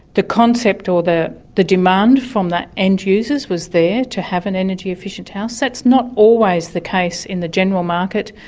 concept or the the demand from the end users was there to have an energy-efficient house. that's not always the case in the general market.